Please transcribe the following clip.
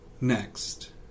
next